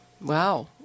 Wow